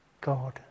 God